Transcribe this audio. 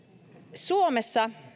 suomessa